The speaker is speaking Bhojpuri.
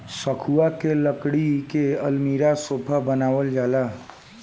सखुआ के लकड़ी के अलमारी, सोफा बनावल जाला